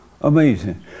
Amazing